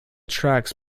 tracks